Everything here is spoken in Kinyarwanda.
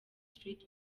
street